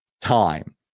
time